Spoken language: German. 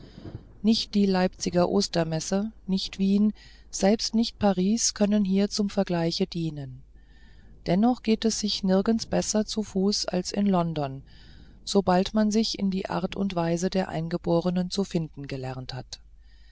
nicht die leipziger ostermesse nicht wien selbst nicht paris können hier zum vergleiche dienen dennoch geht es sich nirgends besser zu fuß als in london sobald man sich in die art und weise der eingeborenen zu finden gelernt hat